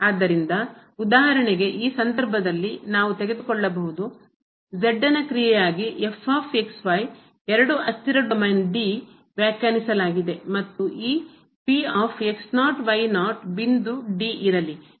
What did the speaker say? ಆದ್ದರಿಂದ ಉದಾಹರಣೆಗೆ ಈ ಸಂದರ್ಭದಲ್ಲಿ ನಾವುತೆಗೆದುಕೊಳ್ಳಬಹುದು ಕ್ರಿಯೆಯಾಗಿ ಎರಡು ಅಸ್ಥಿರ ಡೊಮೇನ್ D ವ್ಯಾಖ್ಯಾನಿಸಲಾಗಿದೆ ಮತ್ತು ಈ P ಬಿಂದು D ಇರಲಿ